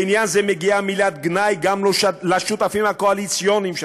בעניין זה מגיעה מילת גנאי גם לשותפים הקואליציוניים שלכם,